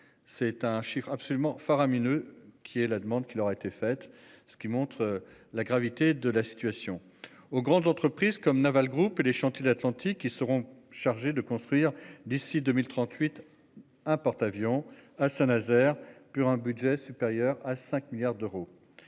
C'est un chiffre absolument faramineux qui est la demande qui leur a été faite, ce qui montre la gravité de la situation aux grandes entreprises comme Naval Group que les chantiers de l'Atlantique qui seront chargés de construire d'ici 2038 un porte-avions à Saint-Nazaire pour un budget supérieur à 5 milliards d'euros.